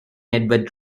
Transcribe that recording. edward